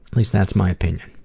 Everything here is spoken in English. least that's my opinion.